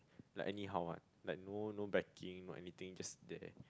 like anyhow one like no no backing or anything just there